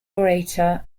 orator